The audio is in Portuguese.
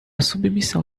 submissão